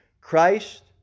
Christ